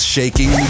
Shaking